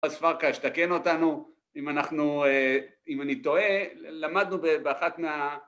אז פרקש, תקן אותנו, אם אני טועה, למדנו באחת מה...